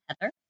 Heather